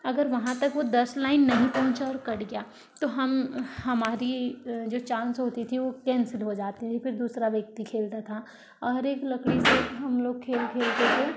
अगर वहाँ तक वो दस लाइन नहीं पहुँचा और कट गया तो हम हमारी जो चांस होती थी वो कैंसिल हो जाती थी फिर दूसरा व्यक्ति खेलता था और एक लकड़ी से हम लोग खेल खेलते थे